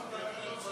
של קבוצת סיעת הרשימה